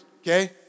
okay